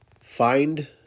find